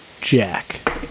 Jack